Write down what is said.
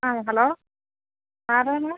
ആ ഹലോ ആരാണ്